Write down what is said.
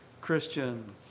Christian